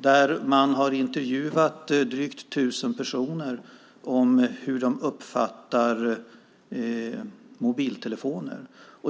där man hade intervjuat drygt tusen personer om hur de uppfattar mobiltelefoner.